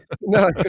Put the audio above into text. No